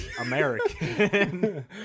American